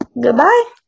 Goodbye